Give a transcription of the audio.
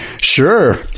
sure